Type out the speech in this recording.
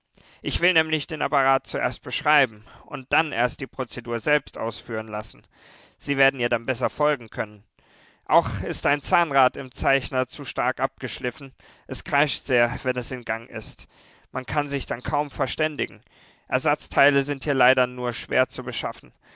ich will nämlich den apparat zuerst beschreiben und dann erst die prozedur selbst ausführen lassen sie werden ihr dann besser folgen können auch ist ein zahnrad im zeichner zu stark abgeschliffen es kreischt sehr wenn es im gang ist man kann sich dann kaum verständigen ersatzteile sind hier leider nur schwer zu beschaffen